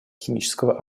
химического